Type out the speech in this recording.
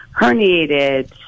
herniated